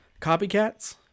Copycats